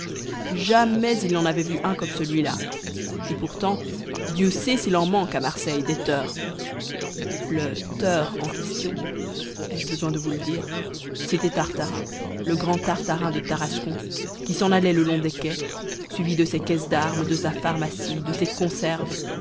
jamais ils n'en avaient vu un comme celui-là et pourtant dieu sait s'il en manque à marseille des teurs le teur en question ai-je besoin de vous le dire c'était tartarin le grand tartarin de tarascon qui s'en allait le long des quais suivi de ses caisses d'armes de sa pharmacie de ses conserves